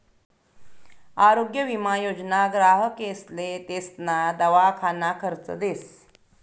आरोग्य विमा योजना ग्राहकेसले तेसना दवाखाना खर्च देस